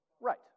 Right